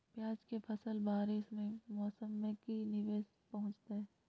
प्याज के फसल बारिस के मौसम में की निवेस पहुचैताई?